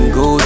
go